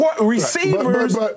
receivers